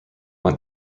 went